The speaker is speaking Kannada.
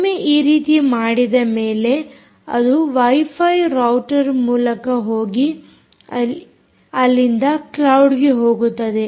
ಒಮ್ಮೆ ಈ ರೀತಿ ಮಾಡಿದ ಮೇಲೆ ಅದು ವೈಫೈ ರೌಟರ್ ಮೂಲಕ ಹೋಗಿ ಅಲ್ಲಿಂದ ಕ್ಲೌಡ್ಗೆ ಹೋಗುತ್ತದೆ